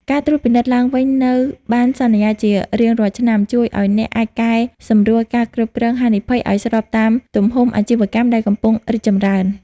ការត្រួតពិនិត្យឡើងវិញនូវបណ្ណសន្យាជារៀងរាល់ឆ្នាំ ជួយឱ្យអ្នកអាចកែសម្រួល ការគ្រប់គ្រងហានិភ័យ ឱ្យស្របតាមទំហំអាជីវកម្មដែលកំពុងរីកចម្រើន។